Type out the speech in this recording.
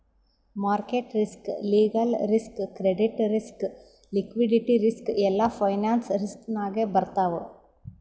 market risk, legal risk, credit risk, liquidity risk ಎಲ್ಲಾ finance risk ನಾಗೆ ಬರ್ತಾವ್